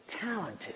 talented